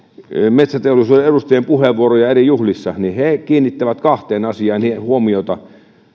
metsäteollisuuden edustajien puheenvuoroja eri juhlissa niin he kiinnittävät kahteen asiaan huomiota